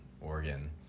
Oregon